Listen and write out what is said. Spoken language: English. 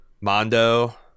Mondo